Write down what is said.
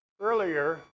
earlier